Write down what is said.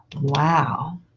wow